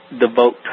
devote